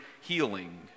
healing